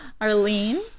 Arlene